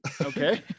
Okay